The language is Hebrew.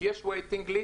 כי יש תור תפעולי.